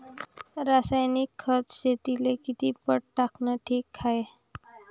रासायनिक खत शेतीले किती पट टाकनं ठीक हाये?